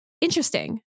interesting